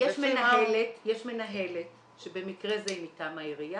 יש מנהלת שבמקרה זה היא מטעם העירייה.